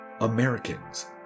Americans